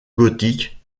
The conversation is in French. gothique